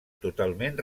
totalment